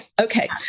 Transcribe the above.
okay